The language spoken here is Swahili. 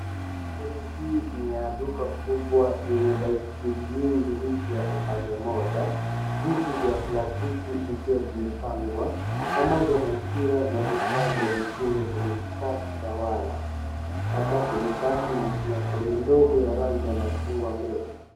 Sehemu hii ni ya duka kubwa yenye baiskeli nyingi mpya upande moja, viti vya plastiki vikiwa vimepangwa pamoja na mpira na vifaa vya mchezo kwenye kikapu cha waya. Sakafu ni safi na kuna troli ndogo ya rangi ya machungwa mbele.